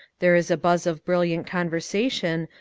there is a buzz of brilliant conversation,